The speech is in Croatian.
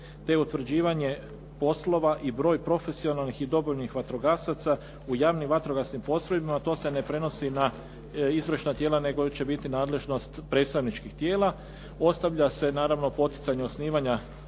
te utvrđivanje poslova i broj profesionalnih i dobrovoljnih vatrogasaca u javno vatrogasnim postrojbama. To se ne prenosi na izvršna tijela, nego će biti nadležnost predstavničkih tijela. Ostavlja se naravno poticanje osnivanja